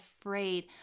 afraid